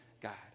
God